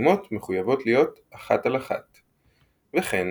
החסימות מחויבות להיות 11. וכן,